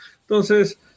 Entonces